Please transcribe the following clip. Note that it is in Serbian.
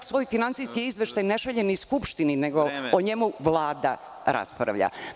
Svoj finansijski izveštaj RRA čak ne šalje Skupštini, nego o njemu Vlada raspravlja.